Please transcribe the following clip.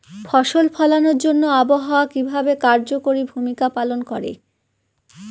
ফসল ফলানোর জন্য আবহাওয়া কিভাবে কার্যকরী ভূমিকা পালন করে?